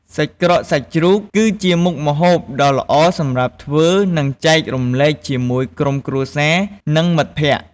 សាច់ក្រកសាច់ជ្រូក គឺជាមុខម្ហូបដ៏ល្អសម្រាប់ធ្វើ និងចែករំលែកជាមួយក្រុមគ្រួសារ និងមិត្តភក្តិ។